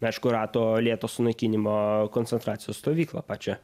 aišku rato lėto sunaikinimo koncentracijos stovyklą pačią